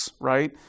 Right